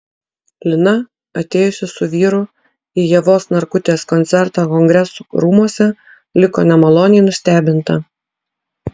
lina atėjusi su vyru į ievos narkutės koncertą kongresų rūmuose liko nemaloniai nustebinta